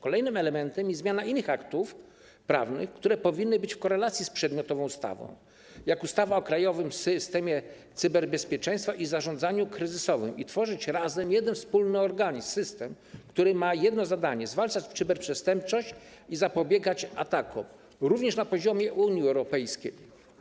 Kolejnym elementem jest zmiana innych aktów prawnych, które powinny być w korelacji z przedmiotową ustawą, jak ustawa o Krajowym Systemie Cyberbezpieczeństwa i zarządzaniu kryzysowym, i tworzyć razem jeden wspólny organizm, system, który ma jedno zadanie, zwalczać cyberprzestępczość i zapobiegać atakom, również na poziomie Unii Europejskiej.